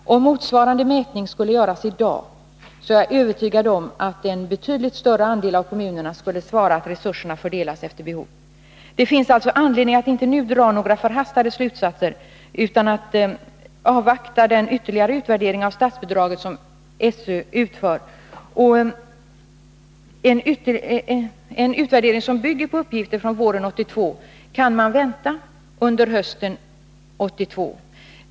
Om motsvarande mätning skulle göras i dag, är jag övertygad om att en betydligt större andel av kommunerna skulle svara att resurserna fördelas efter behov. Det finns alltså anledning att inte nu dra några förhastade slutsatser, utan man bör avvakta den ytterligare utvärdering av statsbidragssystemet som SÖ utför. En utvärdering som bygger på uppgifter från våren 1982 kan man vänta under hösten samma år.